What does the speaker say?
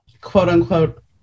quote-unquote